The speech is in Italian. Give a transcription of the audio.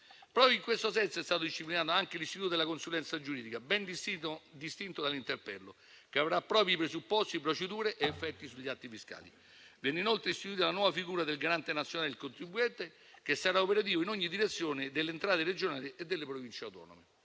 Proprio in questo senso è stato disciplinato anche l'istituto della consulenza giuridica, ben distinto dall'interpello, che avrà i propri presupposti, procedure ed effetti sugli atti fiscali. Viene inoltre istituita la nuova figura del garante nazionale del contribuente, operativa in ogni direzione delle entrate regionali e delle Province autonome.